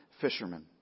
fishermen